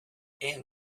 and